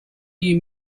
new